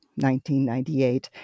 1998